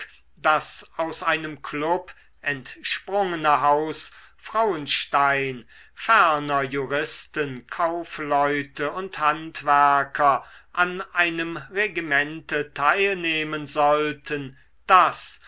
das aus einem klub entsprungene haus frauenstein ferner juristen kaufleute und handwerker an einem regimente teilnehmen sollten das